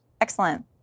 Excellent